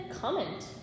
comment